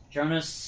Jonas